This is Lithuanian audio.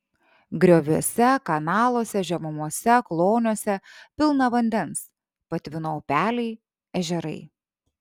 grioviuose kanaluose žemumose kloniuose pilna vandens patvino upeliai ežerai